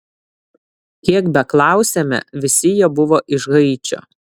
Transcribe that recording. kiek beklausėme visi jie buvo iš haičio